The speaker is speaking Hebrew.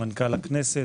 למנכ"ל הכנסת.